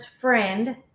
friend